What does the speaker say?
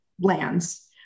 lands